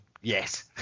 yes